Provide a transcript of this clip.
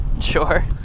Sure